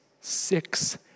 six